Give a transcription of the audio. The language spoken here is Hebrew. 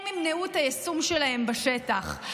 הם ימנעו את היישום שלהם בשטח.